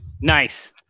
Nice